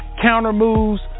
counter-moves